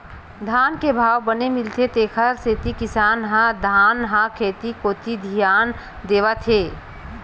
धान के भाव बने मिलथे तेखर सेती किसान ह धनहा खेत कोती धियान देवत हे